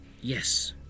yes